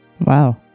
Wow